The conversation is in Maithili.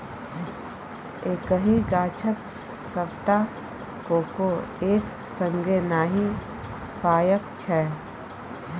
एक्कहि गाछक सबटा कोको एक संगे नहि पाकय छै